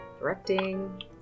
directing